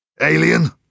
Alien